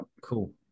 Cool